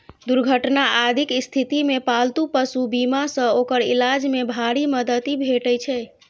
दुर्घटना आदिक स्थिति मे पालतू पशु बीमा सं ओकर इलाज मे भारी मदति भेटै छै